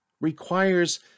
requires